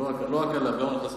לא רק עליו, על חסון.